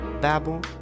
Babble